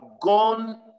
gone